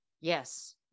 Yes